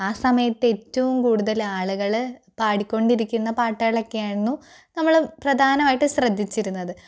ആ സമയത്ത് ഏറ്റവും കൂടുതലാളുകള് പാടിക്കൊണ്ടിരിക്കുന്ന പാട്ടുകളൊക്കെ ആയിരുന്നു നമ്മള് പ്രധാനമായിട്ടും ശ്രദ്ധിച്ചിരുന്നത്